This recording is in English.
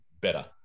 better